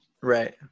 Right